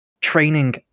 training